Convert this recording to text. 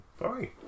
Bye